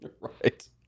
right